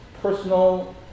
personal